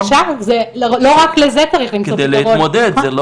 צריך לפתור את זה.